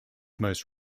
most